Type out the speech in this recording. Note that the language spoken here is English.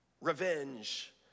revenge